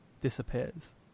disappears